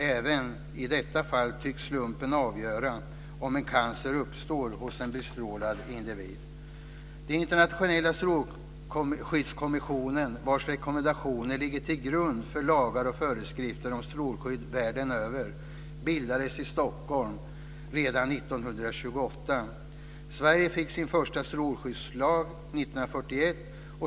Även i detta fall tycks slumpen avgöra om cancer uppstår hos en bestrålad individ. Den internationella strålskyddskommissionen, vars rekommendationer ligger till grund för lagar och föreskrifter om strålskydd världen över, bildades i Stockholm redan 1928. Sverige fick sin första strålskyddslag 1941.